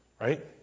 Right